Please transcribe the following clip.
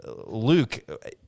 luke